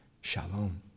Shalom